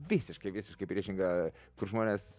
visiškai visiškai priešinga kur žmonės